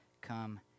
come